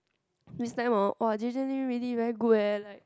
this time hor !wah! J J Lin really very good eh like